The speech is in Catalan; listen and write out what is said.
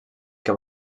que